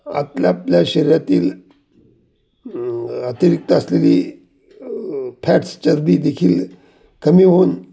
आपल्या आपल्या शरीरातील अतिरिक्त असलेली फॅट्स चरबी देखील कमी होऊन